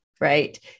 right